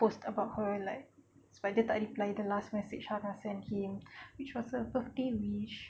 post about her like sebab dia tak reply the last message hara send him which was a birthday wish